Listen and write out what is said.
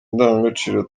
indangagaciro